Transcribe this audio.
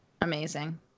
Amazing